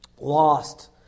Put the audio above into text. Lost